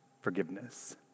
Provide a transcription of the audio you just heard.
forgiveness